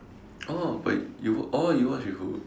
oh but you watch oh you watch with who